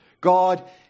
God